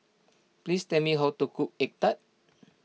please tell me how to cook Egg Tart